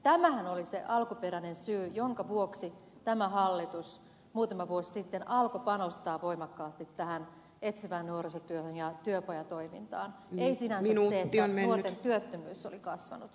tämähän oli se alkuperäinen syy jonka vuoksi tämä hallitus muutama vuosi sitten alkoi panostaa voimakkaasti tähän etsivään nuorisotyöhön ja työpajatoimintaan ei sinänsä se että nuorten työttömyys oli kasvanut